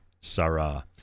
Sarah